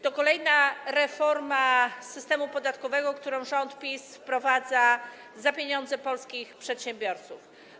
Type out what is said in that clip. To kolejna reforma systemu podatkowego, którą rząd PiS wprowadza za pieniądze polskich przedsiębiorców.